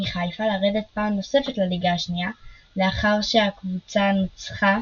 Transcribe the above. חיפה לרדת פעם נוספת לליגה השנייה לאחר שהקבוצה נוצחה